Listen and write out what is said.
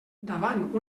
davant